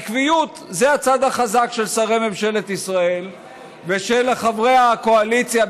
עקביות זה הצד החזק של שרי ממשלת ישראל ושל חברי הקואליציה,